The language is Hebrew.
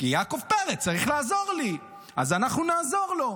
כי יעקב פרץ צריך לעזור לי, אז אנחנו נעזור לו.